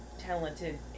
talented